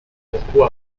pourquoi